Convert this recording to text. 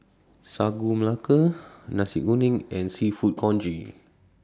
Sagu Melaka Nasi Kuning and Seafood Congee